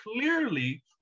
clearly